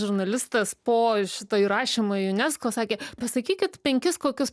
žurnalistas po šito įrašymo į unesco sakė pasakykit penkis kokius